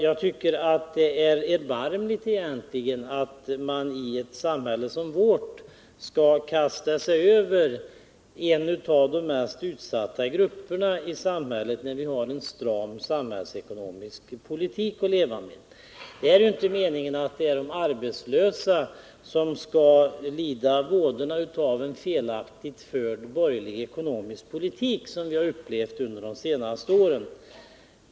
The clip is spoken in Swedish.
Jag tycker att det egentligen är erbarmligt att man i ett samhälle som vårt skall kasta sig över en av de mest utsatta grupperna i samhället när man vill föra en stram samhällsekonomisk politik. Det är inte meningen att just de arbetslösa skall få känna av vådorna av en sådan felaktigt förd borgerlig ekonomisk politik som vi har fått uppleva under de senaste åren.